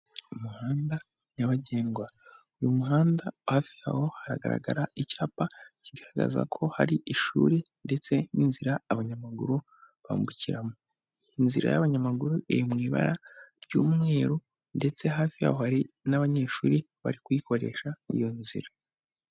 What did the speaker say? Umuhanda nyabagendwa. Uyu muhanda hafi yawo hagaragara icyapa kigaragaza ko hari ishuri ndetse n'inzira abanyamaguru bambukiramo. Inzira y'abanyamaguru iri mu ibara ry'umweru ndetse hafi aho hari n'abanyeshuri bari kuyikoresha iyo nzira.